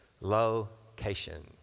location